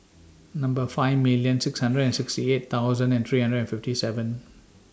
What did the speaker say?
Number five million six hundred and sixty eight thousand and three hundred and fifty seven